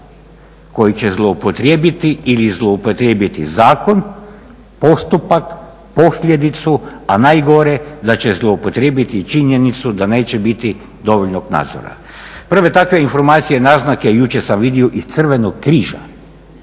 koji će zloupotrijebiti ili zloupotrijebiti zakon, postupak, posljedicu a najgore da će zloupotrijebiti i činjenicu da neće biti dovoljnog nadzora. Prve takve informacije, naznake jučer sam vidio iz Crvenog križa